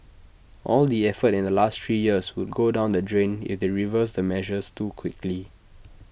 all the effort in the last three years would go down the drain if they reverse the measures too quickly